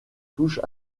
touche